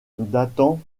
datant